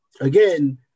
again